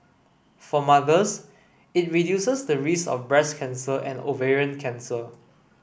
for mothers it reduces the risk of breast cancer and ovarian cancer